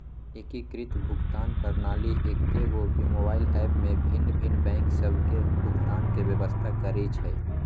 एकीकृत भुगतान प्रणाली एकेगो मोबाइल ऐप में भिन्न भिन्न बैंक सभ के भुगतान के व्यवस्था करइ छइ